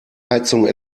heizung